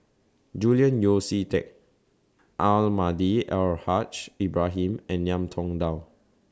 Julian Yeo See Teck Almahdi Al Haj Ibrahim and Ngiam Tong Dow